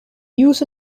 use